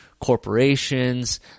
corporations